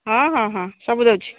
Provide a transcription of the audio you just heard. ହଁ ହଁ ହଁ ସବୁ ଦେଉଛି